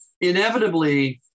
Inevitably